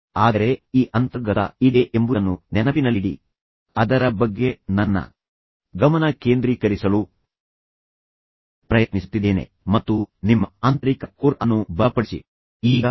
ನಾನು ಇದರ ಬಗ್ಗೆ ನಂತರವೂ ಮಾತನಾಡುತ್ತೇನೆ ಆದರೆ ಈ ಅಂತರ್ಗತ ಆಂತರಿಕವಾದದ್ದು ಇದೆ ಎಂಬುದನ್ನು ನೆನಪಿನಲ್ಲಿಡಿ ಅದರ ಬಗ್ಗೆ ನನ್ನ ಗಮನ ಕೇಂದ್ರೀಕರಿಸಲು ಪ್ರಯತ್ನಿಸುತ್ತಿದ್ದೇನೆ ಮತ್ತು ಅದಕ್ಕಾಗಿಯೇ ನಾನು ನಿಮ್ಮ ಆಂತರಿಕ ಕೋರ್ ಅನ್ನು ಬಲಪಡಿಸಲು ಪ್ರಯತ್ನಿಸಿ ಎಂದು ಹೇಳುತ್ತಿರುವುದು